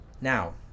Now